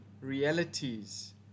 realities